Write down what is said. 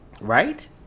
right